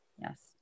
Yes